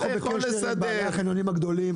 אנחנו בקשר על בעלי החניונים הגדולים,